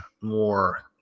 more